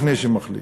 לפני שהוא מחליט.